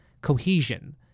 cohesion